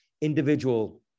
individual